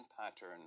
pattern